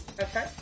Okay